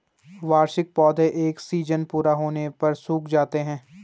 वार्षिक पौधे एक सीज़न पूरा होने पर सूख जाते हैं